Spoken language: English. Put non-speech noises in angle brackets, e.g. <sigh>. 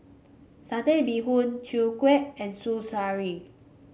Satay Bee Hoon Chwee Kueh and <unintelligible>